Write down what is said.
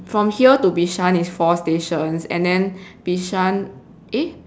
from here to bishan is four stations and then bishan eh